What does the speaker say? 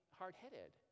hard-headed